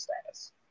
status